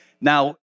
Now